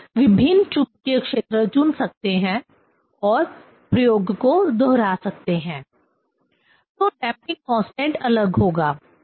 आप विभिन्न चुंबकीय क्षेत्र चुन सकते हैं और प्रयोग को दोहरा सकते हैं तो डैंपिंग कांस्टेंट अलग होगा